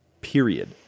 period